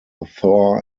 thor